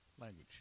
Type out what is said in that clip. language